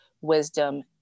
wisdom